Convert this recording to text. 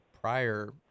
prior